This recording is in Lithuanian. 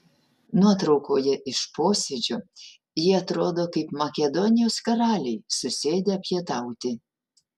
nuotraukoje iš posėdžio jei atrodo kaip makedonijos karaliai susėdę pietauti